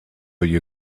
you